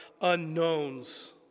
unknowns